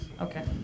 Okay